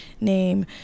name